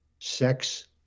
sex